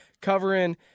covering